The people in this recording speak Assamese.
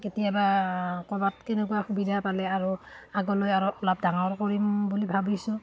কেতিয়াবা ক'ৰবাত তেনেকুৱা সুবিধা পালে আৰু আগলৈ আৰু অলপ ডাঙৰ কৰিম বুলি ভাবিছোঁ